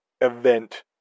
event